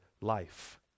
life